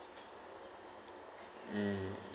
mm